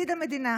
עתיד המדינה,